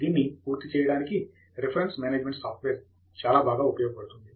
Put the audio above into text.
దీన్ని పూర్తి చేయడానికి "రిఫరెన్స్ మేనేజ్మెంట్ సాఫ్ట్వేర్" చాలా బాగా ఉపయోగపడుతుంది